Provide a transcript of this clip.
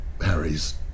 Harry's